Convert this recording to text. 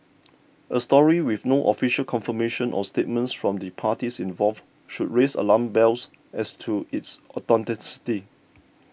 a story with no official confirmation or statements from the parties involved should raise alarm bells as to its authenticity